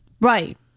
right